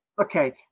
okay